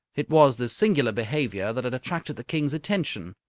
it was this singular behaviour that had attracted the king's attention.